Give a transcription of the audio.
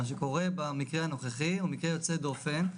המקרה הנוכחי הוא מקרה יוצא דופן,